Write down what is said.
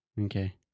okay